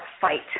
fight